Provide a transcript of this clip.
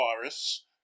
virus